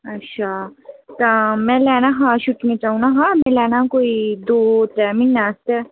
अच्छा तां में लैना हा छुट्टियें च औना हा में लैना हा कोई दो त्रै म्हीने आस्तै